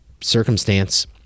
circumstance